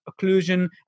occlusion